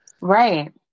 right